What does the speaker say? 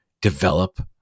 develop